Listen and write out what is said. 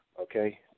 okay